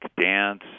dance